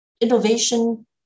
innovation